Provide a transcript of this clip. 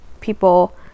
people